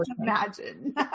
imagine